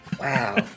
Wow